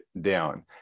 down